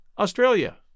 Australia